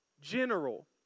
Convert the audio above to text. general